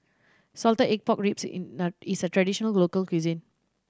salted egg pork ribs is a traditional local cuisine